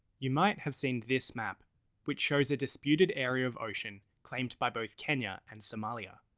you might have seen this map which shows a disputed area of ocean claimed by both kenya and somalia.